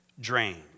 drained